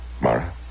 Mara